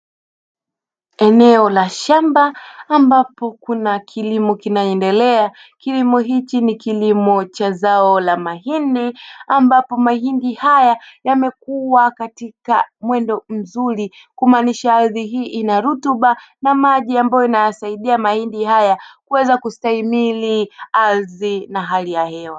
Eneo la shamba ambapo kuna kilimo kinaendelea. Kilimo hichi ni kilimo cha zao la mahindi ambapo mahindi hayo yamekua katika mwendo mzuri, kumaanisha ardhi hii inarutuba na maji ambayo inayasaidia mahindi haya kuweza kustahimili ardhi na hali ya hewa.